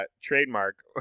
trademark